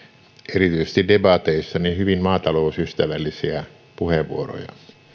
erityisesti debateissa hyvin maatalousystävällisiä puheenvuoroja